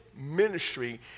ministry